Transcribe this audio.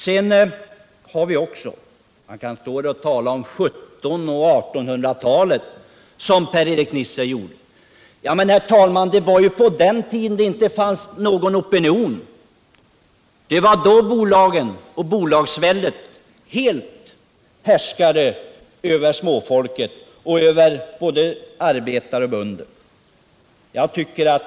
Man kan tala om 1700-talet och 1800-talet som Per-Erik Nisser gjorde, men på den tiden fanns det inte någon opinion. Då härskade bolagsväldet helt över småfolket, över både arbetare och bönder.